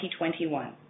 2021